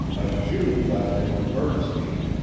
a jew by the name of bernstein,